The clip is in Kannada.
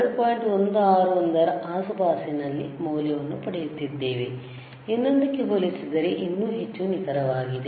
161 ರ ಆಸುಪಾಸಿನಲ್ಲಿ ಮೌಲ್ಯವನ್ನು ಪಡೆಯುತ್ತಿದ್ದೇವೆ ಇನ್ನೊಂದಕ್ಕೆ ಹೋಲಿಸಿದರೆ ಇನ್ನೂ ಹೆಚ್ಚು ನಿಖರವಾಗಿದೆ